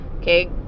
okay